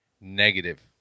Negative